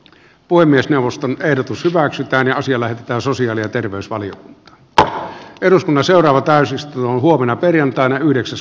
puhemiesneuvoston ehdotus hyväksytäänkö asia lähetetään sosiaali ja terveysvaliokunta tänään eduskunnan seuraava täysistuntoon huomenna perjantaina yhdeksäs